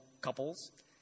couples